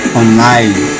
online